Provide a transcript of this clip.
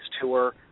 Tour